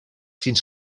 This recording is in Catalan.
fins